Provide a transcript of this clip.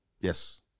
Yes